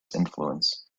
influence